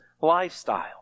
lifestyle